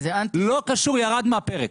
ירד מהפרק.